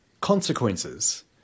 Consequences